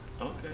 okay